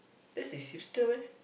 that is hipster meh